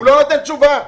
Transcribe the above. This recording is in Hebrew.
הוא לא נותן תשובה.